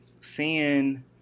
seeing